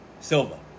Silva